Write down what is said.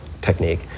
technique